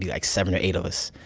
like, seven or eight of us.